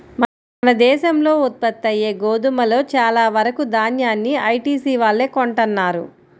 మన దేశంలో ఉత్పత్తయ్యే గోధుమలో చాలా వరకు దాన్యాన్ని ఐటీసీ వాళ్ళే కొంటన్నారు